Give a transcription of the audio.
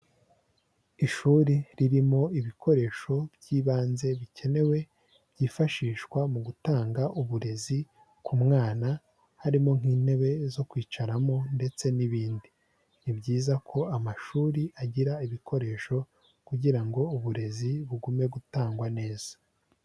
Ishuri ririmo ibikoresho by'ibanze bikenewe byifashishwa mu gutanga uburezi ku mwana, harimo nk'intebe zo kwicaramo ndetse n'ibindi; ni byiza ko amashuri agira ibikoresho kugira ngo uburezi bugume gutangwa neza.